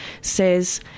says